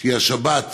השבת,